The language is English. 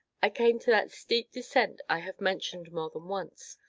i came to that steep descent i have mentioned more than once,